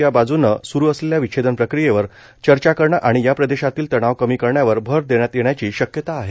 च्या बाजूनं सुरू असलेल्या विच्छेदन प्रक्रियेवर चर्चा करण आणि या प्रदेशातील तणाव कमी करण्यावर भर देण्यात येण्याची शक्यता आहे